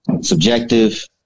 subjective